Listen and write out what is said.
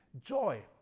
Joy